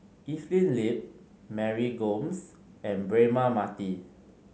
Evelyn Lip Mary Gomes and Braema Mathi